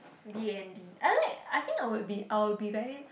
B_A_N_D I like I think I will be I will be very